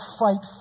fight